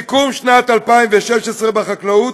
סיכום שנת 2016 בחקלאות,